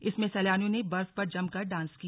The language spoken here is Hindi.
इसमें सैलानियों ने बर्फ पर जमकर डांस किया